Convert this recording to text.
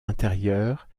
intérieurs